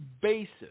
basis